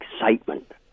excitement